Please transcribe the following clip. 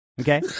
Okay